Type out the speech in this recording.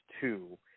two